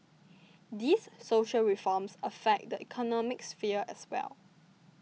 these social reforms affect the economic sphere as well